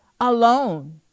alone